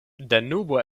danubo